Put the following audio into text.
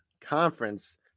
Conference